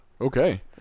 Okay